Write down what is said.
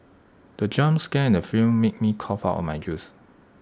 the jump scare in the film made me cough out my juice